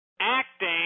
acting